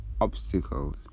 obstacles